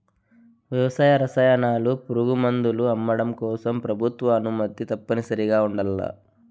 వ్యవసాయ రసాయనాలు, పురుగుమందులు అమ్మడం కోసం ప్రభుత్వ అనుమతి తప్పనిసరిగా ఉండల్ల